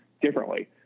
differently